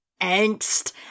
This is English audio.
angst